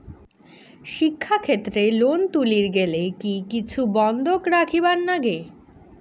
শিক্ষাক্ষেত্রে লোন তুলির গেলে কি কিছু বন্ধক রাখিবার লাগে?